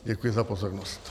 Děkuji za pozornost.